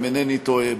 אם אינני טועה,